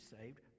saved